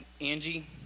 Angie